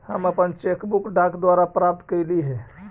हम अपन cheque book डाक द्वारा प्राप्त कईली हे